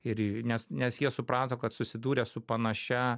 ir nes nes jie suprato kad susidūrė su panašia